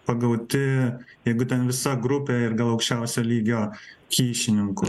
pagauti jeigu ten visa grupė ir gal aukščiausio lygio kyšininkų